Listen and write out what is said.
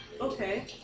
Okay